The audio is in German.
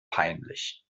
peinlich